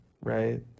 right